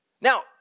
Now